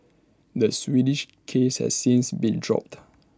the Swedish case has since been dropped